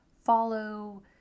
follow